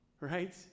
Right